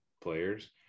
players